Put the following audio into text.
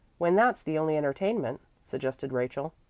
when that's the only entertainment, suggested rachel.